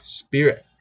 spirit